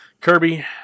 Kirby